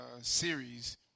series